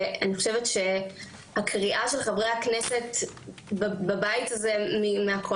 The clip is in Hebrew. ואני חושבת שהקריאה של חברי הכנסת בבית הזה מהקואליציה